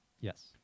Yes